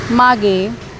मागे